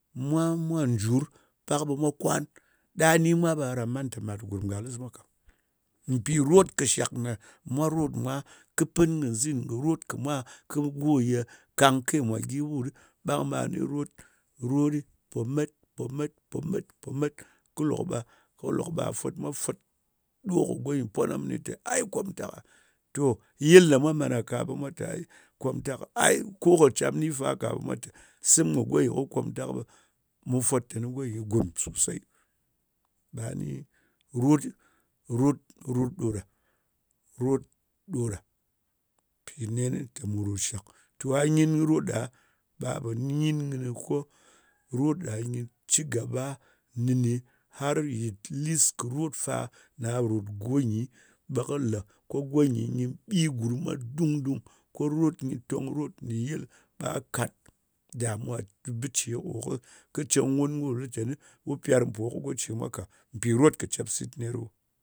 Mwa mwa jur pak ɓa mwa kwan ɗa ni mwa ɓa gha man ta mwa mat gurum galis mwa ka. Npi ro kɨ shaktgh mwa rot mwa kɨ pin kɨ zin rot kɨ mwa go nyi ga kanke mwa ɓan ɓa a nyi ga kanke mwa ɓan ɓa a nyi rot pi ni po mat, po mat po mat, kɨ lok ɓa fot mwa fot ɗo kɨ lok ɓa fot mwa fot kɨ goyin pwana mini ta ai komtak to yil ɗa mwo man gha ka ɓa mwa ta ai kom tak ai ko mwan cam ni fa ka mwa ta sim go ye komtak ɓa mu fot tani gurum sosai aɓa ni rot, rot, rot ɗo ɗa rot ɗa ɗa pi nen linta mu rot shak, ro a nyin rot ɗa, ɓa pa nyin kɨni ko rot ɗa yin cigaba nene har yep lis kɨ rot fa ɗa rot ga nyin ɓa kɨ la ko gonyi ghi gurum wa dung dung kɨ rot yɨ rot tong rot ɗyil pa kat damuwa kɨ bije kɨ cin wun ko litani wun peram po kɨ gofe mwa ka pin rot kɨ cep sit nyer wun.